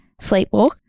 sleepwalk